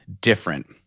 different